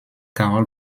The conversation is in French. carol